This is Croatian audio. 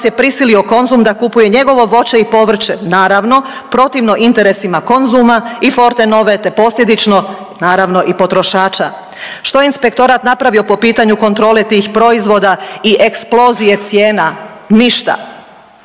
je prisilio Konzum da kupuje njegovo voće i povrće, naravno, protivno interesima Konzuma i Fortenove te posljedično, naravno i potrošača. Što je Inspektorat napravio po pitanju kontrole tih proizvoda i eksplozije cijena? Ništa.